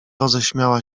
roześmiała